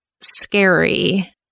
scary